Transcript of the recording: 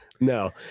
No